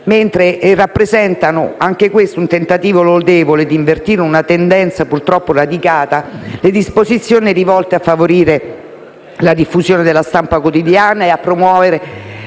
mentre rappresentano un tentativo lodevole di invertire una tendenza purtroppo radicata le disposizioni volte a favorire la diffusione della stampa quotidiana e a promuovere